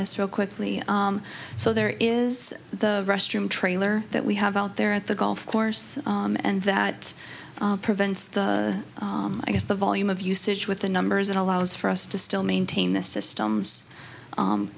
this real quickly so there is the restroom trailer that we have out there at the golf course and that prevents the i guess the volume of usage with the numbers it allows for us to still maintain the systems